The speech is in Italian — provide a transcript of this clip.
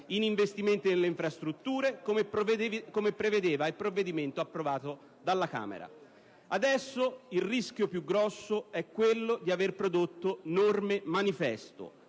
in investimenti nelle infrastrutture, come prevedeva il provvedimento approvato alla Camera. Adesso il rischio più grosso è quello di avere prodotto norme manifesto,